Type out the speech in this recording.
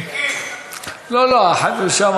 החבר'ה שם,